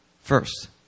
first